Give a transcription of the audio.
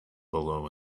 below